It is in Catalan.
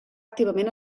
activament